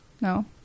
No